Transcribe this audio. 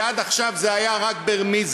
כי עד עכשיו זה היה רק ברמיזה: